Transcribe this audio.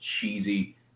cheesy